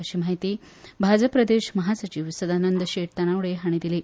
अशी माहिती भाजप प्रदेश महासचीव सदानंद तानावडे हांणी दिली